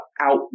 out